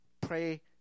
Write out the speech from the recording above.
Pray